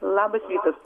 labas rytas